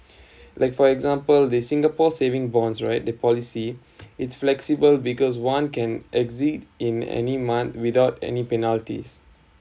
like for example the singapore saving bonds right the policy it's flexible because one can exit in any month without any penalties